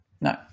No